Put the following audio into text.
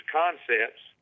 concepts